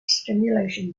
stimulation